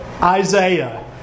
Isaiah